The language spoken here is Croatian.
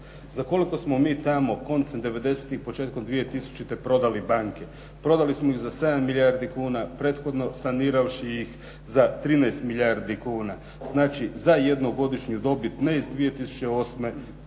Za koliko smo mi tamo koncem '90.-ih i početkom 2000. prodali banke? Prodali smo ih za 7 milijardi kuna, prethodno saniravši ih za 13 milijardi kuna. Znači, za jednogodišnju dobit ne iz 2008. nego